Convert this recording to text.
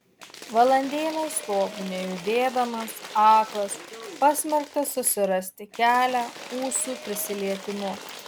valandėlę stoviu nejudėdamas aklas pasmerktas susirasti kelią ūsų prisilietimu